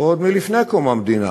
עוד מלפני קום המדינה,